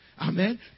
Amen